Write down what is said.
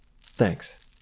Thanks